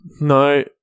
No